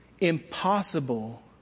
Impossible